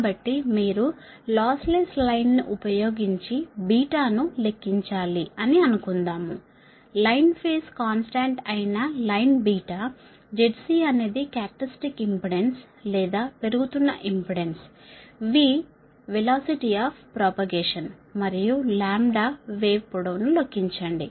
కాబట్టి మీరు lossless line ను ఉపయోగించి బీటా ను లెక్కించాలి అని అనుకుందాము లైన్ ఫేజ్ కాన్స్టాంట్ అయిన లైన్ బీటా Zc అనేది క్యారక్టర్య్స్టిక్ ఇంపెడెన్స్ లేదా పెరుగుతున్న impedance v velocity of propagation మరియు లాంబ్డా వేవ్ లెంగ్త్ ను లెక్కించండి